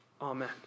Amen